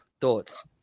Thoughts